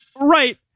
Right